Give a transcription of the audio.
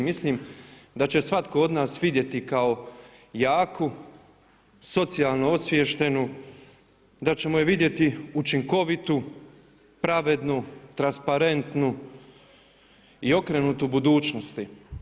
Mislim da će svako od nas vidjeti kao jako, socijalno osviještenu, da ćemo je vidjeti učinkovitu, pravednu, transparentnu i okrenutu budućnosti.